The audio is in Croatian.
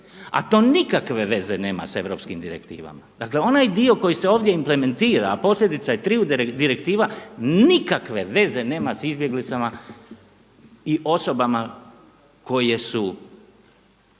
a to nikakve veze nema sa europskim direktivama. Dakle, onaj dio koji se ovdje implementira, a posljedica je triju direktiva nikakve veze nema sa izbjeglicama i osobama koje su